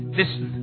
listen